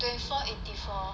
twenty four eighty four